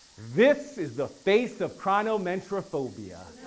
this is the face of chronomentrophobia.